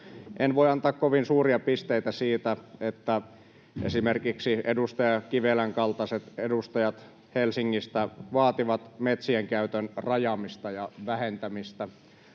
En voi antaa kovin suuria pisteitä siitä, että esimerkiksi edustaja Kivelän kaltaiset edustajat Helsingistä vaativat metsien käytön rajaamista ja vähentämistä.